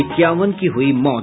इक्यावन की हुई मौत